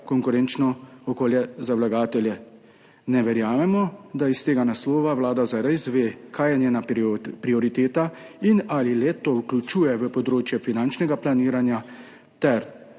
konkurenčno okolje za vlagatelje, ne verjamemo, da iz tega naslova Vlada zares ve, kaj je njena prioriteta in ali le-to vključuje v področje finančnega planiranja ter